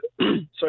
Sorry